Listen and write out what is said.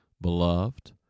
Beloved